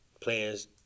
plans